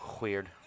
Weird